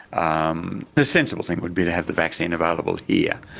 um the sensible thing would be to have the vaccine available here,